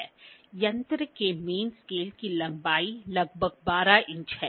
यंत्र के main scale की लंबाई लगभग 12 इंच है